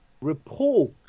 report